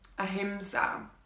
Ahimsa